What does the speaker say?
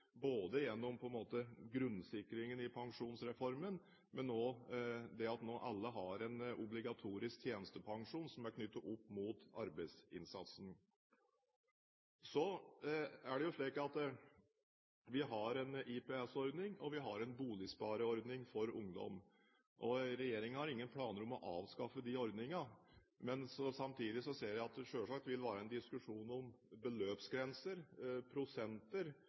gjennom arbeidsinnsatsen øke, både gjennom grunnsikringen i pensjonsreformen og det at alle nå har en obligatorisk tjenestepensjon som er knyttet opp mot arbeidsinnsatsen. Vi har en IPS-ordning, og vi har en boligspareordning for ungdom. Regjeringen har ingen planer om å avskaffe de ordningene. Samtidig ser jeg at det selvsagt vil være en diskusjon om beløpsgrenser, prosenter